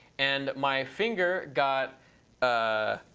and my finger got ah